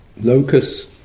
locus